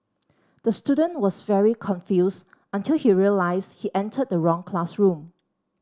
the student was very confused until he realised he entered the wrong classroom